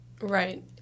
Right